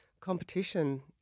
competition